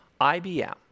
IBM